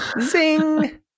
Zing